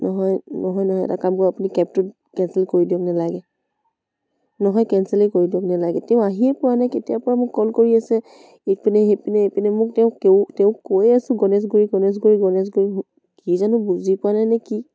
নহয় নহয় নহয় এটা কাম কৰক আপুনি কেবটো কেঞ্চেল কৰি দিয়ক নেলাগে নহয় কেঞ্চেলেই কৰি দিয়ক নেলাগে তেওঁ আহিয়ে পোৱা নাই তেতিয়াৰ পৰা মোক কল কৰি আছে ইপিনে সিপিনে ইপিনে মোক তেওঁ তেওঁ তেওঁ কৈয়ে আছোঁ গণেশগুৰি গণেশগুৰি গণেশগুৰি কি জানো বুজি পোৱা নাই নে কি